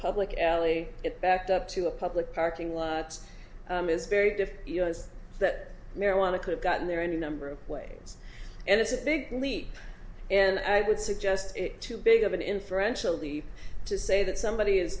public alley it backed up to the public parking lot is very different that marijuana could have gotten there any number of ways and it's a big leap and i would suggest too big of an inferentially to say that somebody is